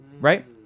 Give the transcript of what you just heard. right